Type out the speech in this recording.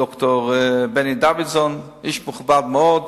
ד"ר בני דוידזון, איש מכובד מאוד,